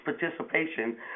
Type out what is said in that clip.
participation